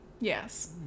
Yes